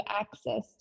access